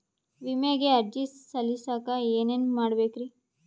ವಿಮೆಗೆ ಅರ್ಜಿ ಸಲ್ಲಿಸಕ ಏನೇನ್ ಮಾಡ್ಬೇಕ್ರಿ?